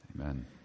Amen